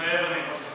מתחייב אני